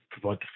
provide